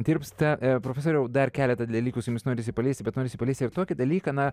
tirpsta profesoriau dar keletą dalykų su jumis norisi paliesti bet norisi paliesti ir tokį dalyką na